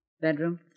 Bedroom